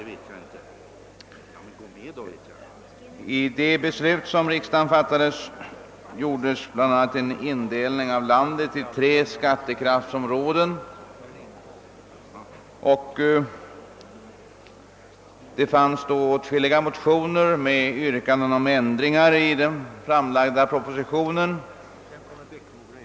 Enligt det beslut som riksdagen fattade gjordes bl.a. en indelning av landet i tre skattekraftsområden. I åtskilliga motioner yrkades på ändringar i den framlagda propositionen.